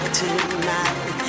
tonight